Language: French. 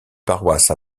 paroisse